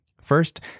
First